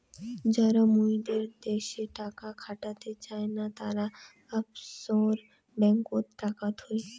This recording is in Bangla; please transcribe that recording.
যারা মুইদের দ্যাশে টাকা খাটাতে চায় না, তারা অফশোর ব্যাঙ্ককোত টাকা থুই